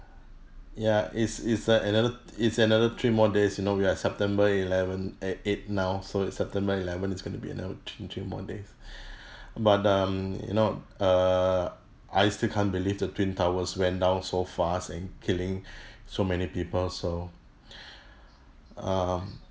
ya is is uh another is another three more days you know we're september eleven eh eight now so it's september eleven it's going be anoth~ in three more days but um you know err I still can't believe the twin towers went down so fast and killing so many people so um